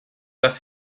las